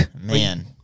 Man